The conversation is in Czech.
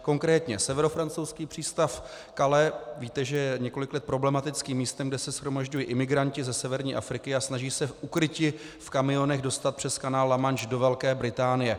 Konkrétně severofrancouzský přístav Calais víte, že je několik let problematickým místem, kde se shromažďují imigranti ze severní Afriky a snaží se ukryti v kamionech dostat přes kanál La Manche do Velké Británie.